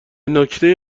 نکته